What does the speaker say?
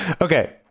okay